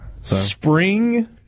Spring